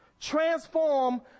Transform